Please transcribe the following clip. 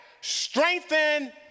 strengthen